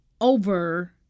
over